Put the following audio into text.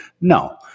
no